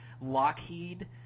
Lockheed